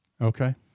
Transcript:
Okay